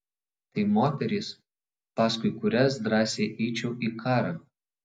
tai moterys paskui kurias drąsiai eičiau į karą